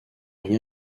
rien